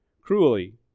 cruelly